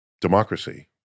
democracy